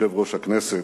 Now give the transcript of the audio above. יושב-ראש הכנסת,